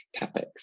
CapEx